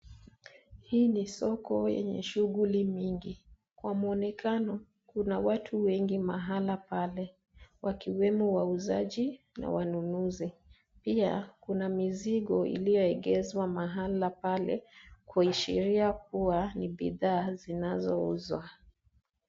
Hii ni soko yenye shughuli mingi ,kwa muonekano kuna watu wengi mahala pale wakiwemo wauzaji na wanunuzi pia kuna mizigo iliyo egeshwa mahala pale kuashiiria kuwa ni bidhaa zinazouzwa.